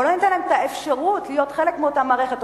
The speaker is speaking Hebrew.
לא ניתן להם את האפשרות להיות חלק מאותה מערכת,